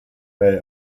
bay